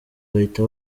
bahita